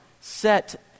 set